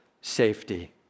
safety